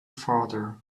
father